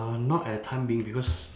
uh not at the time being because